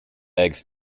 eggs